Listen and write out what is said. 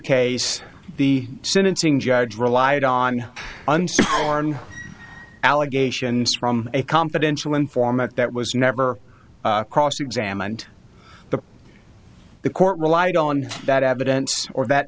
case the sentencing judge relied on unsafe allegations from a confidential informant that was never cross examined the the court relied on that evidence or that